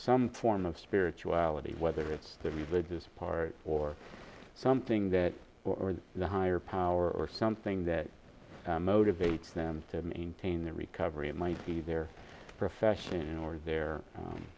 some form of spirituality whether it's the religious part or something that the higher power or something that motivates them to maintain their recovery it might be their profession or their